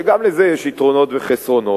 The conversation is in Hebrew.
וגם לזה יש יתרונות וחסרונות,